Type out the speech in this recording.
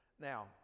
Now